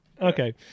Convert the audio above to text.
okay